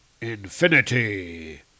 Infinity